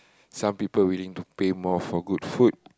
some people willing to pay more for good food